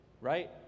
right